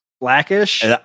blackish